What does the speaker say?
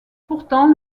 pourtant